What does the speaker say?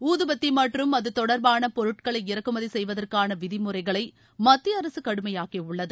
ஊதுபத்தி மற்றும் அது தொடர்பான பொருட்களை இறக்குமதி செய்வதற்கான விதிமுறைகளை மத்திய அரசு கடுமையாக்கி உள்ளது